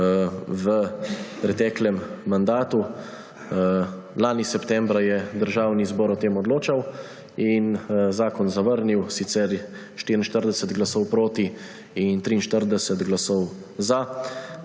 v preteklem mandatu. Lani septembra je Državni zbor o tem odločal in zakon zavrnil, in sicer 44 glasov proti in 43 glasov za.